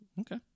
Okay